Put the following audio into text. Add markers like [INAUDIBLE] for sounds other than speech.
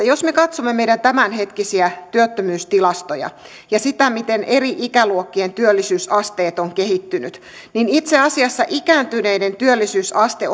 [UNINTELLIGIBLE] jos me katsomme meidän tämänhetkisiä työttömyystilastoja ja sitä miten eri ikäluokkien työllisyysasteet ovat kehittyneet niin itse asiassa ikääntyneiden työllisyysaste [UNINTELLIGIBLE]